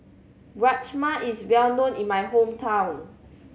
rajma is well known in my hometown